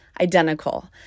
Identical